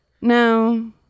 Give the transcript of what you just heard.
no